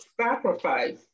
sacrifice